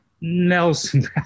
Nelson